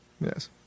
Yes